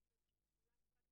גאווה - זה שונה מאד